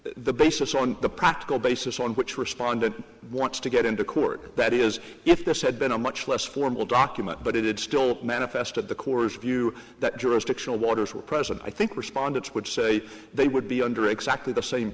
the basis on the practical basis on which respondent wants to get into court that is if this had been a much less formal document but it still manifested the course view that jurisdictional waters were present i think respondents would say they would be under exactly the same